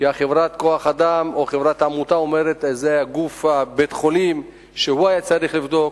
חברת כוח-האדם או העמותה אומרת שבית-החולים הוא הגוף שהיה צריך לבדוק,